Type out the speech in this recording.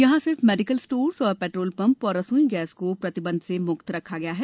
यहां सिर्फ medical stores petrol pump और रसोई गैस को प्रतिबंध से मुक्त रखा गया है